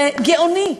זה גאוני.